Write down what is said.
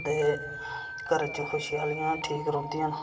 ते घरै च ख़ुशहालियां ठीक रौह्नदियां न